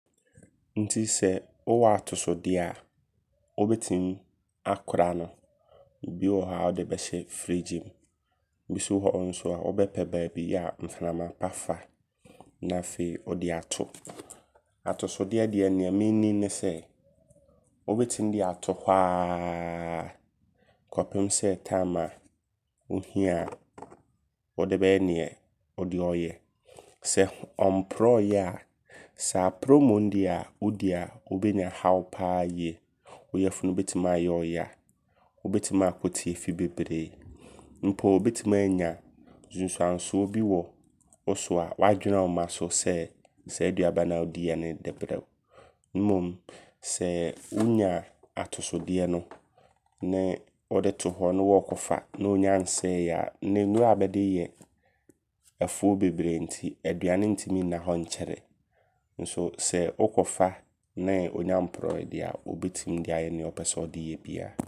Nti sɛ wowɔ atosodeɛ a, wobɛtim akora no. Bi wɔ hɔ a wode bɛhyɛ friigyi mu. Bi so wɔ hɔ nso a wobɛpɛ baabi a mframa pa fa. Na afei wode ato. Atosodeɛ deɛ nea menim ne sɛ, wobɛtim de ato hɔ aaaa kɔpem sɛ berɛ a wohia wode bɛyɛ neɛ wode ɔɔyɛ sɛ ɔmporɔyɛ a. Sɛ aporɔ mmom dea wodi a wobɛnya haw paa yie. Wo yafunu bɛtim ayɛ wo ya. Wobɛtim akɔ tiefi bebree. Mpoma ɔbɛtim anya nsunsuansoɔ bi wɔ so a w'adwene ɔmma so sɛ, saa aduaba no wodiiyɛ ne de brɛ wo. Mmom sɛɛ wonya atosodeɛ no ne wode to hɔ ne wɔɔkɔfa ne ɔnnya nsɛeyɛ a. Nnɛ nnuro a bɛdeyɛ afuo bebree nti aduuane ntim nna hɔ nkyɛre. Nso sɛ wokɔfa nee ɔnnya mporɔyɛ dea wobɛtim ayɛ neɛ wopɛ sɛ wode yɛ biaa.